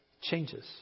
changes